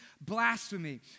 blasphemy